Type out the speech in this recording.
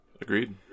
agreed